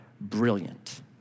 brilliant